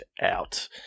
out